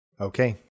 Okay